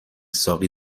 ساقی